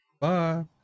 Bye